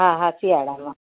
હા હા શિયાળામાં